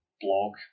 blog